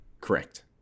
Correct